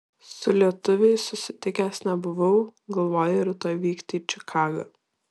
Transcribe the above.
su lietuviais susitikęs nebuvau galvoju rytoj vykti į čikagą